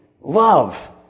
love